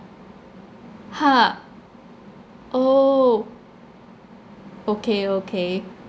ha oh okay okay